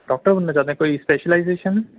doctor بننا چاہتے ہیں کوئی اسپیشلائزیشن